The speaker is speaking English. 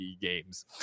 games